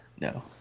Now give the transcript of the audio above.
No